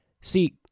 See